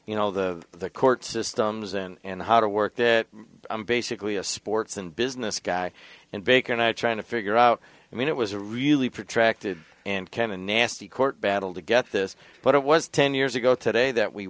you know the court systems and how to work that i'm basically a sports and business guy and big night trying to figure out i mean it was a really protected and kemah nasty court battle to get this but it was ten years ago today that we